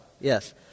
Yes